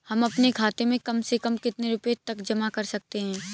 हम अपने खाते में कम से कम कितने रुपये तक जमा कर सकते हैं?